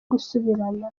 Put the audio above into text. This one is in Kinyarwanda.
gusubirana